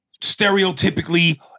stereotypically